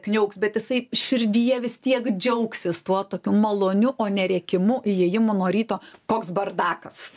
kniauks bet jisai širdyje vis tiek džiaugsis tuo tokiu maloniu o ne rėkimu įėjimu nuo ryto koks bardakas